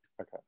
Okay